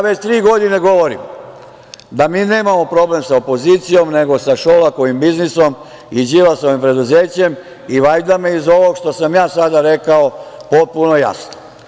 Već tri godine ja govorim da mi nemamo problem sa opozicijom, nego sa Šolakovim biznisom i Đilasovim preduzećem i valjda vam je iz ovog što sam ja sada rekao potpuno jasno.